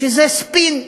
שזה ספין,